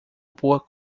boa